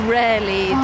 rarely